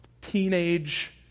teenage